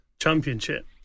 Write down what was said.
championship